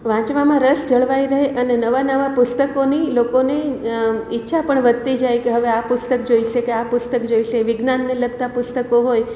વાંચવામાં રસ જળવાઈ રહે અને નવા નવા પુસ્તકોની લોકોને ઈચ્છા પણ વધતી જાય કે હવે આ પુસ્તક જોઈશે કે આ પુસ્તક જોઈશે વિજ્ઞાનને લગતા પુસ્તકો હોય